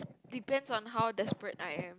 depends on how desperate I am